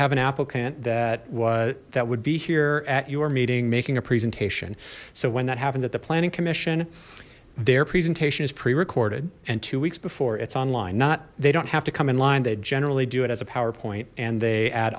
have an applicant that was that would be here at your meeting making a presentation so when that happens at the planning commission their presentation is pre recorded and two weeks before it's online not they don't have to come in line they generally do it as a powerpoint and they add